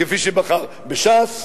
כפי שבחר בש"ס,